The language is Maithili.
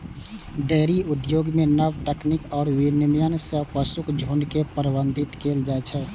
डेयरी उद्योग मे नव तकनीक आ विनियमन सं पशुक झुंड के प्रबंधित कैल जाइ छै